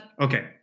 Okay